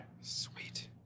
Sweet